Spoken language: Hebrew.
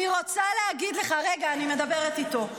אני רוצה להגיד לך, רגע, אני מדברת איתו.